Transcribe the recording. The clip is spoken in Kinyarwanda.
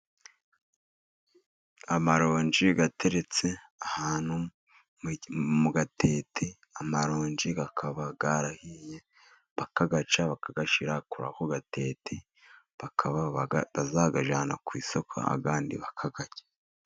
Amaronji ateretse ahantu mu gatete. Amaronji akaba yarahiye bakayaca, bakayashyira kuri ako gatete, bakaba bazayajyana ku isoko, andi bakayarya.